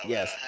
Yes